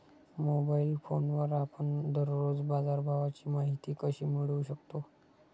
Mobile फोनवर आपण दररोज बाजारभावाची माहिती कशी मिळवू शकतो?